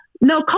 no